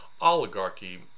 oligarchy